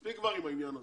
מספיק כבר עם העניין הזה.